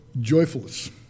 joyfulness